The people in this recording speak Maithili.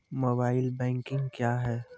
मोबाइल बैंकिंग क्या हैं?